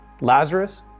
Lazarus